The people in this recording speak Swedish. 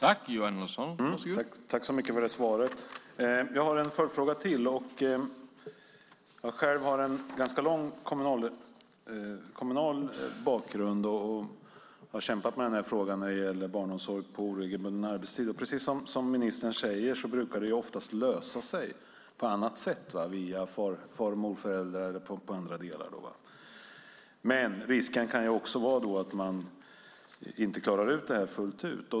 Herr talman! Tack, statsrådet, för det svaret! Jag har ytterligare en följdfråga. Jag har själv ganska lång kommunal erfarenhet och har kämpat med frågan om barnomsorg på oregelbunden arbetstid. Precis som ministern säger brukar det oftast lösa sig på annat sätt, via far eller morföräldrar eller andra. Men risken kan också vara att man inte klarar ut det här fullt ut.